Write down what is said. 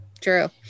true